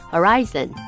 Horizon